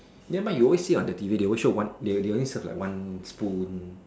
ya you always show on the T_V they always show they always serve like one spoon